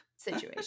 Situation